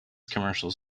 commercials